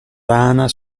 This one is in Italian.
rana